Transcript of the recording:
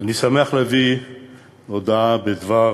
אני שמח להביא הודעה בדבר